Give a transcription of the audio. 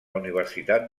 universitat